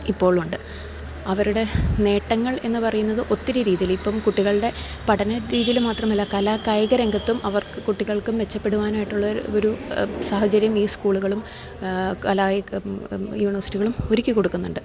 ഇപ്പോളുണ്ട് അവരുടെ നേട്ടങ്ങൾ എന്നു പറയുന്നത് ഒത്തിരി രീതിയിലിപ്പോള് കുട്ടികളുടെ പഠന രീതിയില് മാത്രമല്ല കലാകായിക രംഗത്തും അവർക്കു കുട്ടികൾക്കും മെച്ചപ്പെടുവാനായിട്ടുള്ള ഒരു സാഹചര്യം ഈ സ്കൂളുകളും യൂണിവേഴ്സിറ്റികളും ഒരുക്കിക്കൊടുക്കുന്നുണ്ട്